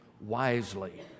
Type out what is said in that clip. wisely